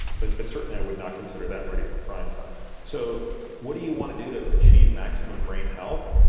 but but certainly i would not consider that ready for prime time. so what do you want to do to achieve maximum brain health?